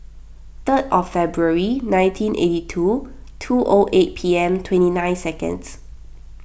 third February nineteen eighty two two old A P M twenty nine seconds